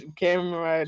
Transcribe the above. camera